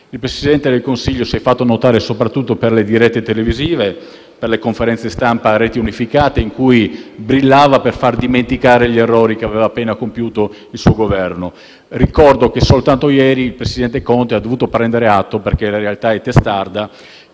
Il Presidente del Consiglio si è fatto notare soprattutto per le dirette televisive e per le conferenze stampa a reti unificate in cui brillava per far dimenticare gli errori che aveva appena compiuto il suo Governo. Ricordo che soltanto ieri il presidente Conte ha dovuto prendere atto - perché la realtà è testarda